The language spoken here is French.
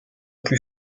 plus